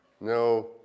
no